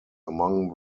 among